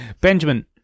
Benjamin